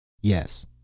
Yes